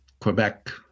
Quebec